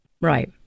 Right